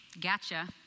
gotcha